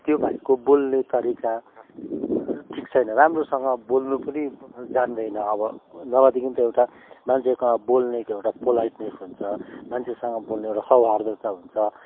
त्यो भाइको बोल्ने तरिका ठिक छैन राम्रोसँग बोल्नु पनि जान्दैन अब नभएदेखि त एउटा मान्छेकोमा बोल्नेको एउटा पोलाइटनेस हुन्छ मान्छेसँग बोल्ने एउटा सौहार्दता हुन्छ